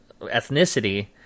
ethnicity